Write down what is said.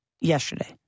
yesterday